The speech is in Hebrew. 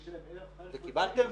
וקיבלתם?